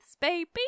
baby